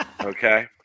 Okay